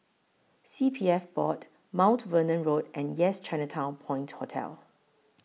C P F Board Mount Vernon Road and Yes Chinatown Point Hotel